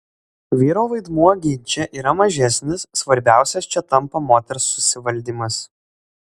vyro vaidmuo ginče yra mažesnis svarbiausias čia tampa moters susivaldymas